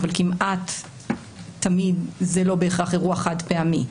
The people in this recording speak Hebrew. אבל כמעט תמיד זה לא בהכרח אירוע חד-פעמי.